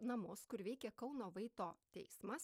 namus kur veikė kauno vaito teismas